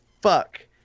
fuck